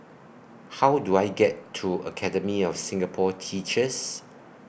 How Do I get to Academy of Singapore Teachers